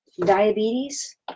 diabetes